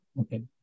Okay